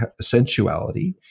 sensuality